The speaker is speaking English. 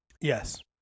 yes